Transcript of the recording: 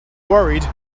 worried